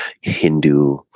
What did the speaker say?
Hindu